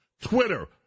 Twitter